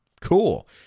Cool